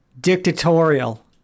dictatorial